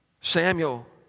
Samuel